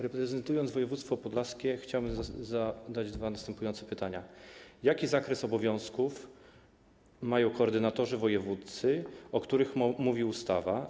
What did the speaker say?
Reprezentując województwo podlaskie, chciałbym zadać dwa następujące pytania: Jaki zakres obowiązków mają koordynatorzy wojewódzcy, o których jest mowa w ustawie?